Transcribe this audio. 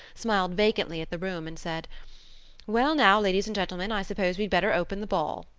smiled vacantly at the room, and said well now, ladies and gentlemen. i suppose we'd better open the ball.